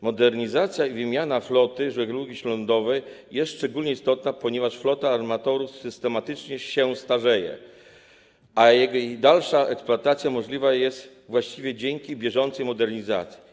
Modernizacja i wymiana floty żeglugi śródlądowej są szczególnie istotne, ponieważ flota armatorów systematycznie się starzeje, a jej dalsza eksploatacja możliwa jest właśnie dzięki bieżącej modernizacji.